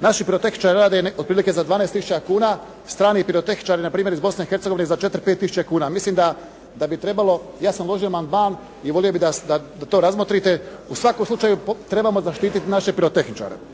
Naši pirotehničari rade otprilike za 12 tisuća kuna, strani pirotehničari na primjer iz Bosne i Hercegovine za 4-5 tisuća kuna. Mislim da bi trebalo, ja sam uložio amandman i volio bih da to razmotrite. U svakom slučaju trebamo zaštititi naše pirotehničare.